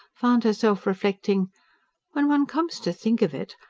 found herself reflecting when one comes to think of it,